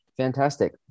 Fantastic